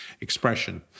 expression